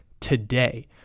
today